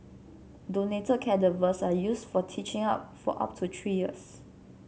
donated cadavers are used for teaching up for up to three years